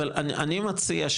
אבל אני מציע,